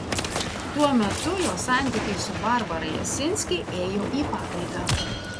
tuo metu jo santykiai su barbara jasinski ėjo į pabaigą